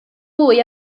mwy